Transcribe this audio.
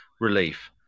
relief